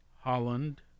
Holland